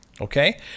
okay